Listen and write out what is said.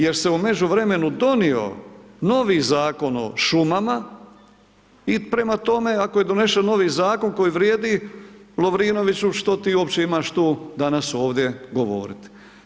Jer se u međuvremenu donio novi Zakon o šumama, i prema tome, ako je donesen novi zakon koji vrijedi, Lovrinoviću, što ti uopće imaš tu danas ovdje govoriti.